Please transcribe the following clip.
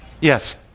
Yes